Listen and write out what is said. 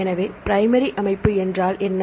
எனவே பிரைமரி அமைப்பு என்றால் என்ன